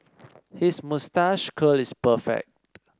his moustache curl is perfect